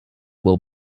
will